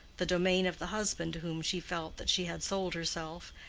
the domain of the husband to whom she felt that she had sold herself,